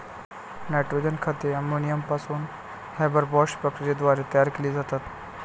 nitrogen खते ammonia पासून Haber Bosch प्रक्रियेद्वारे तयार केली जातात